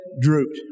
drooped